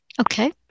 Okay